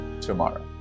tomorrow